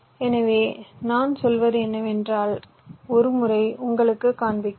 எனவே நான் சொல்வது என்னவென்றால் ஒரு முறை உங்களுக்குக் காண்பிக்கிறேன்